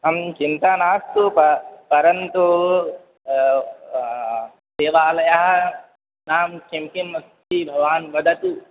अहं चिन्ता नास्तु प परन्तु देवालयः नाम् किं किम् अस्ति भवान् वदतु